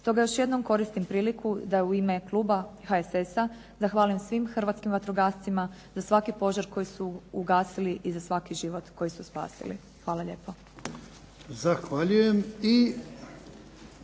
Stoga još jednom koristim priliku da u ime kluba HSS-a zahvalim svim hrvatskim vatrogascima za svaki požar koji su ugasili i za svaki život koji su spasili. Hvala lijepo.